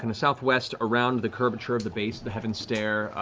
and southwest around the curvature of the base of the heaven's stair.